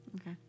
Okay